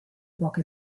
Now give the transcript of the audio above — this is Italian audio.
poche